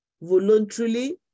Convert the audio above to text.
voluntarily